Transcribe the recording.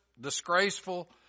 disgraceful